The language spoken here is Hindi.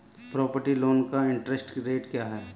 प्रॉपर्टी लोंन का इंट्रेस्ट रेट क्या है?